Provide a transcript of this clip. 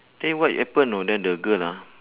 then what happen you know then the girl ah